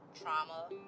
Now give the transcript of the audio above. Trauma